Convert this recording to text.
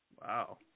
Wow